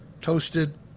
toasted